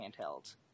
handheld